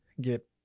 get